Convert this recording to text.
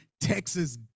Texas